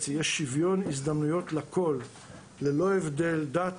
יהיה שוויון הזדמנויות לכל ללא הבדל דת,